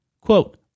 Quote